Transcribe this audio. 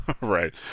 Right